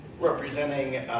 representing